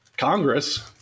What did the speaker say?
Congress